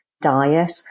diet